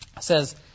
says